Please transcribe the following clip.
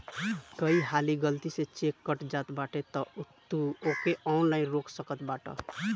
कई हाली गलती से चेक कट जात बाटे तअ तू ओके ऑनलाइन रोक सकत बाटअ